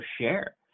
share